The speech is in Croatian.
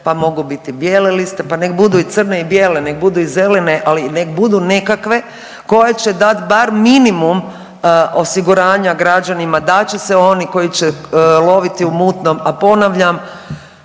pa mogu biti bijele liste. Pa nek' budu i crne i bijele, nek' budu i zelene, ali nek' budu nekakve koje će dat bar minimum osiguranja građanima da će se oni koji će loviti u mutnom, a ponavljam